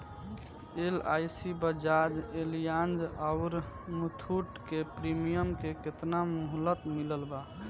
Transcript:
LIC Bajaj Allianz आउर मुथूट के premium के केतना मुहलत मिलल बा?